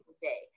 day